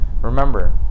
Remember